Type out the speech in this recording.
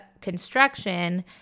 construction